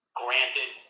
granted